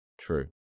True